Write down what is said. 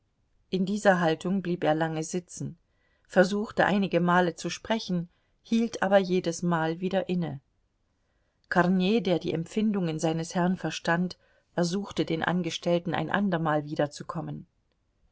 in dieser haltung blieb er lange sitzen versuchte einige male zu sprechen hielt aber jedesmal wieder inne kornei der die empfindungen seines herrn verstand ersuchte den angestellten ein andermal wiederzukommen